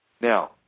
Now